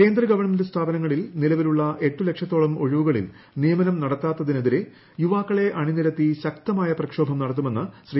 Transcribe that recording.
കേന്ദ്ര ഗവൺമെന്റ് സ്ഥാപനങ്ങളിൽ നിലവിലുള്ള എട്ട് ലക്ഷത്തോളം ഒഴിവുകളിൽ നിയമനം നടത്താത്തതിനെതിരെ യുവാക്കളെ അണിനിരത്തി ശക്തമായ പ്രക്ഷോഭം നടത്തുമെന്ന് ശ്രീ